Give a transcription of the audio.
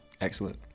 Excellent